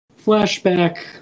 flashback